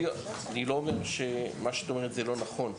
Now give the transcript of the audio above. אני לא אומר שמה שאת אומרת לא נכון,